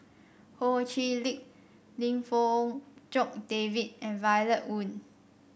Ho Chee Lick Lim Fong Jock David and Violet Oon